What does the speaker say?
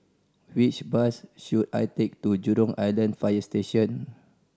which bus should I take to Jurong Island Fire Station